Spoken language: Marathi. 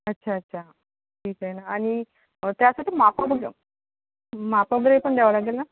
अच्छा अच्छा ठीक आहे ना आणि त्यासाठी मापामध्ये मापमध्ये पण द्यावं लागेल ना